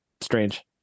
strange